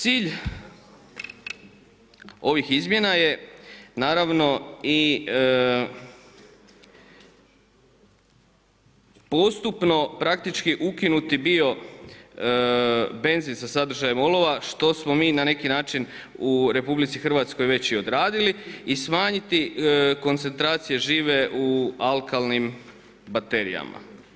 Cilj ovih izmjena je naravno i postupno praktički ukinuti bio benzin sa sadržajem olova što smo mi na neki način u RH već i odradili i smanjiti koncentracije žive u alkalnim baterijama.